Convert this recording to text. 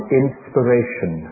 inspiration